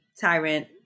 Tyrant